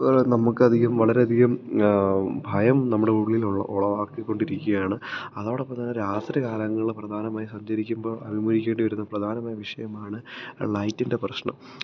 വളരെ നമുക്ക് അധികം വളരെ അധികം ഭയം നമ്മുടെ ഉള്ളിലൊള്ള ഉളവാക്കി കൊണ്ടിരിക്കുകയാണ് അതോടൊപ്പം തന്നെ രാത്രി കാലങ്ങള് പ്രധാനമായും സഞ്ചരിക്കുമ്പം അഭിമുഖീകരിക്കേണ്ടി വരുന്ന പ്രധാനമായ വിഷയമാണ് ലൈറ്റിന്റെ പ്രശ്നം